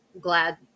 glad